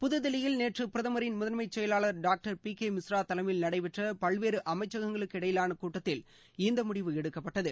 புதுதில்லியில் நேற்று பிரதமரின் முதன்மைச் செயலர் டாக்டர் பி கே மிஸ்ரா தலைமையில் நடைபெற்ற பல்வேறு அமைச்சகங்களுக்கு இடையிலாள கூட்டத்தில் இந்த முடிவு எடுக்கப்பட்டது